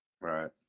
Right